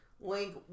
Link